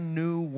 new